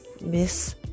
Miss